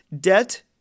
debt